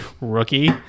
rookie